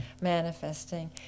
manifesting